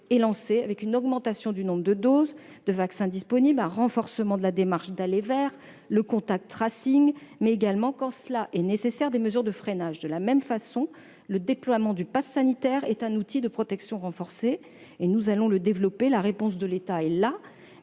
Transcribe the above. est lancé avec une augmentation du nombre de doses de vaccins disponibles, un renforcement de la démarche d'« aller vers », le, mais également, quand cela est nécessaire, des mesures de freinage. De la même façon, le déploiement du pass sanitaire est un outil de protection renforcée et nous allons le développer. La réponse de l'État est là,